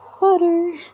butter